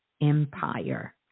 empire